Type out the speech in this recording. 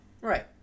Right